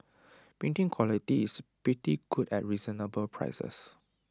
printing quality is pretty good at reasonable prices